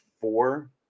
four